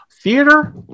theater